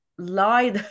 lie